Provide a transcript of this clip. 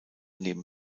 neben